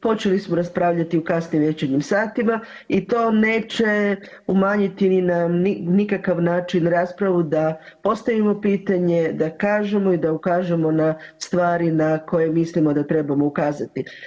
Počeli smo raspravljati u kasnim večernjim satima i to neće umanjiti na nikakav način raspravu da postavimo pitanje, da kažemo i da ukažemo na stvari na koje mislimo da trebamo ukazati.